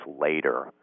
later